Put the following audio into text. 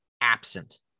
absent